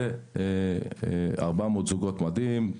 זה 400 זוגות מדים,